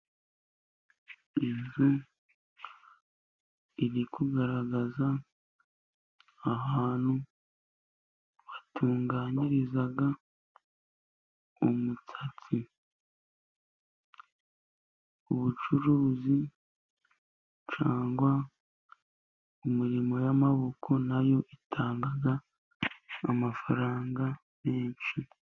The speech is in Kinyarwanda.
Inzu iri kugaragaza ahantu batunganyiriza umusatsi. Ubucuruzi cyangwa imirimo y'amaboko nayo itanga amafaranga menshi.